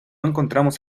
encontramos